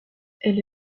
elle